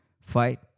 fight